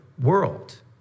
world